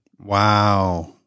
Wow